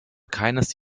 keines